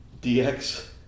DX